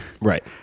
Right